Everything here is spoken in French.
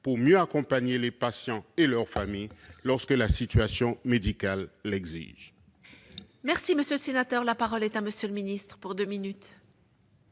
pour mieux accompagner les patients et leur famille, lorsque la situation médicale l'exige.